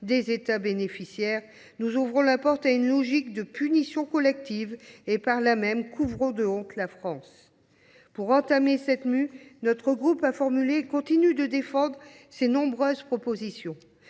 des États bénéficiaires, nous ouvrons la porte à une logique de punition collective et, par là même, couvrons de honte la France. Pour entamer cette mue, notre groupe a formulé et continue de défendre ses nombreuses propositions.